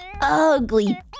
ugly